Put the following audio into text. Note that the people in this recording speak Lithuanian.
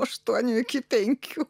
aštuonių iki penkių